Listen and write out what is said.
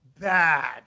bad